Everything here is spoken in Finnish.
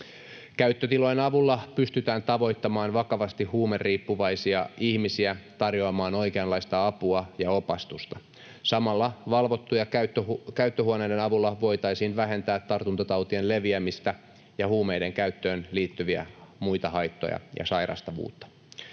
Käyttötilojen avulla pystytään tavoittamaan vakavasti huumeriippuvaisia ihmisiä, tarjoamaan oikeanlaista apua ja opastusta. Samalla valvottujen käyttöhuoneiden avulla voitaisiin vähentää tartuntatautien leviämistä ja huumeiden käyttöön liittyviä muita haittoja ja sairastavuutta.